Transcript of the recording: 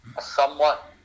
somewhat